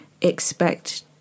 expect